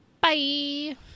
Bye